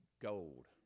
gold